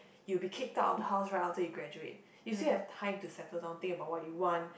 you'll be kicked out of the house right after you graduate you still have time to settle down think about what you want